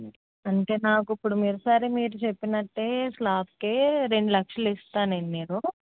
అంటే నాకు ఇప్పుడు మీరు సరే మీరు చెప్పినట్టే స్లాబ్కే రెండు లక్షలు ఇస్తానండి నేను